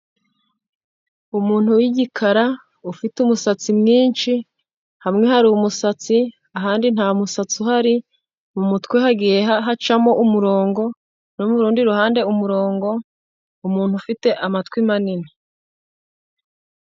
Umuntu w'igikara ufite umusatsi mwinshi, hamwe hari umusatsi ahandi nta musatsi uhari, mu mutwe hagiye hacamo umurongo no mu rundi ruhande umurongo umuntu ufite amatwi manini.